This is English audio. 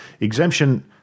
exemption